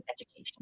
education